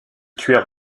tuèrent